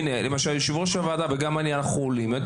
יושב-ראש הוועדה ואני עולים.